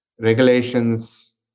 regulations